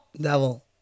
Devil